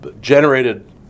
generated